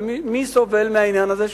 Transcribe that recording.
ומי סובל מהעניין הזה?